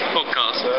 Podcast